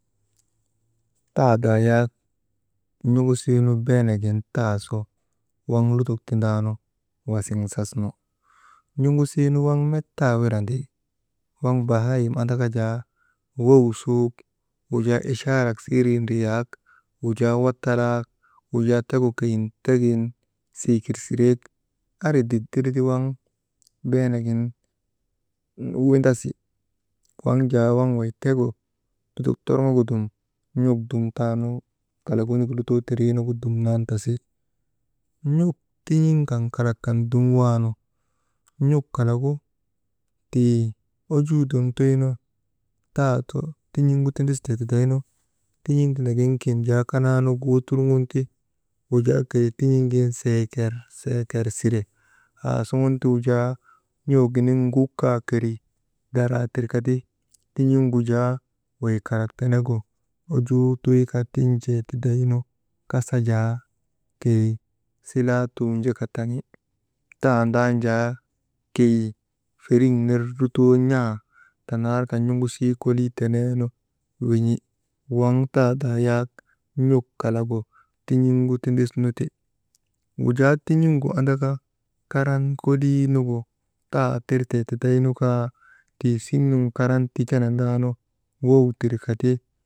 Tadaa yak n̰ugusiinu beenagin tasu waŋ lutok tindaanu wasiŋ sasnu, n̰ugusiinu waŋ net taa wirandi, waŋ bahaayim andaka jaa wow suuk, wajaa ichaarak ndriyak, wujaa wattalaak, wujaa tegu keyin tegin sikir sireek andri ditir ti waŋ beenagin wendasi. Waŋ jaa waŋ wey tegu lutok torŋogu dum n̰uk dum taanu kalak wenigu lutoo tindriinu dumnan tasi, n̰uk tin̰iŋ kan kalak kan dum waanu n̰uk kalagu tii ojuu dum tuynu, taasu tin̰iŋ gu tindistee tidaynu tin̰iŋ tindagin kin jaa kanaanu wutulgun ti wujaa keyi tin̰iŋ seeker seeker sire aa sugun ti wujaa n̰uginiŋ ŋuk ka keri daraa tirkati tin̰iŋgu jaa wey kalak teneku ajuu tuyka tin̰tee tidaynu kasa jaa keyi silaa tuujeka taŋi, tandan jaa keyi feriŋ ner lutoo n̰a tanaarka n̰ugusii kolii teneenu wi n̰i. Waŋ tadaa yak n̰uk kalagu tin̰iŋu tindisnu ti. Wujaa tin̰iŋu andaka karan koliinugu tatirtee tiday nukaa, tii siŋ nun karan tikenandaa nu woy tirka ti.